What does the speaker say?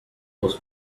was